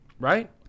Right